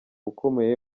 ukomeye